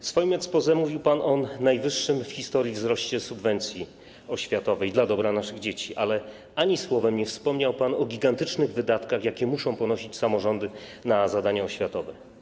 W swoim exposé mówił pan o najwyższej w historii subwencji oświatowej dla dobra naszych dzieci, ale słowem nie wspomniał pan o gigantycznych wydatkach, jakie muszą ponosić samorządy na zadania oświatowe.